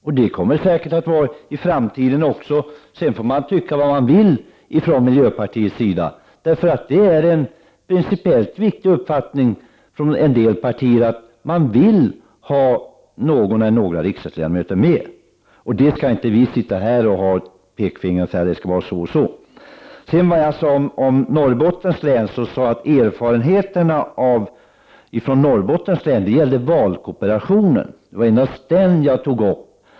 Det kommer säkert att vara så i framtiden också, sedan får man tycka vad man vill från miljöpartiets sida. Det är nämli gen en principiellt viktig uppfattning från en del partier att man vill ha någon eller några riksdagsledamöter med. Då ska vi inte sitta här med pekfingret och säga att det skall vara si eller så. Beträffande Norrbottens län sade jag att erfarenheterna ifrån Norrbotten gäller valkorporation. Det var endast detta jag tog upp.